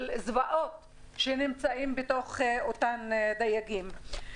זוועות שנמצאות בנמצאים בתוך אותם דגים.